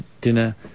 dinner